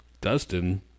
Dustin